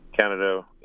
Canada